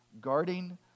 guarding